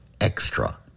Extra